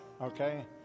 Okay